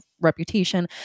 reputation